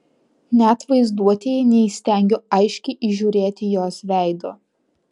net vaizduotėje neįstengiu aiškiai įžiūrėti jos veido